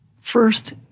first